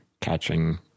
catching